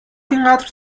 اینقدر